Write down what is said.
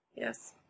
Yes